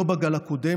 לא בגל הקודם,